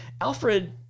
Alfred